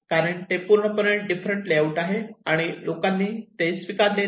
कारण ते पूर्णपणे डिफरंट लेआउट आहे आणि लोकांनी ते स्वीकारले नाही